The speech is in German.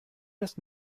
das